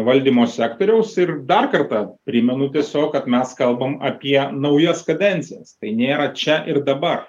valdymo sektoriaus ir dar kartą primenu tiesiog kad mes kalbam apie naujas kadencijas tai nėra čia ir dabar